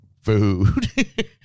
food